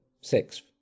Sixth